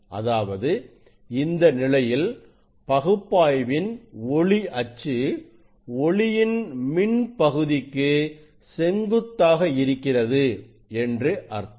அதாவது இந்த நிலையில் பகுப்பாய்வின் ஒளி அச்சு ஒளி யின் மின் பகுதிக்கு செங்குத்தாக இருக்கிறது என்று அர்த்தம்